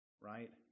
right